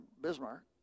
Bismarck